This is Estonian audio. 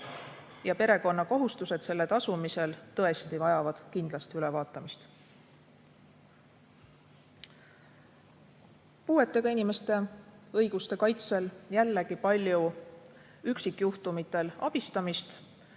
ja perekonna kohustused selle tasumisel tõesti vajavad kindlasti üle vaatamist. Puuetega inimeste õiguste kaitsel olime jällegi abiks paljude üksikjuhtumite lahendamisel.